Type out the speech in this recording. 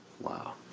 Wow